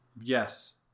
Yes